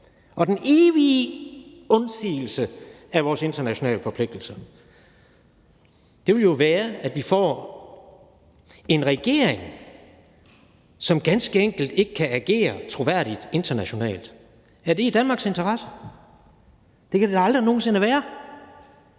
af den evige undsigelse af vores internationale forpligtelser vil jo være, at vi får en regering, som ganske enkelt ikke kan agere troværdigt internationalt. Er det i Danmarks interesse? Det kan det da aldrig nogen sinde være.